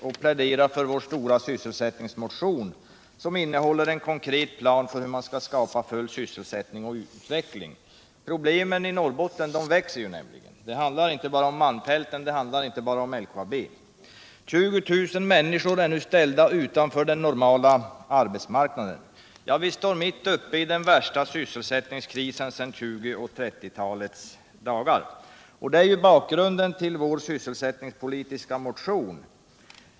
Jag vill därför diskutera vår stora sysselsättningspolitiska motion, som innehåller en konkret plan för hur man skall kunna skapa full sysselsättning och utveckling inom Norrbotten. Problemen i Norrbotten växer — det handlar inte bara om malmfälten, och det handlar inte bara om LKAB. 20 000 människor är nu ställda utanför den normala arbetsmarknaden. Vi står mitt uppe i den värsta sysselsättningskris som förekommit sedan 1920 och 1930-talens dagar. Det är detta som är bakgrunden till vår sysselsättningspolitiska motion.